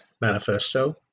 Manifesto